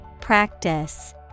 Practice